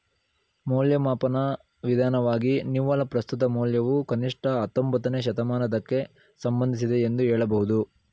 ಮೌಲ್ಯಮಾಪನ ವಿಧಾನವಾಗಿ ನಿವ್ವಳ ಪ್ರಸ್ತುತ ಮೌಲ್ಯವು ಕನಿಷ್ಠ ಹತ್ತೊಂಬತ್ತನೇ ಶತಮಾನದಕ್ಕೆ ಸಂಬಂಧಿಸಿದೆ ಎಂದು ಹೇಳಬಹುದು